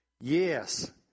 Yes